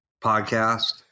podcast